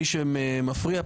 מי שמפריע,